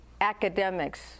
academics